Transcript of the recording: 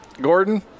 Gordon